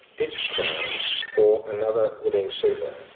ditch crown for another willing suitor.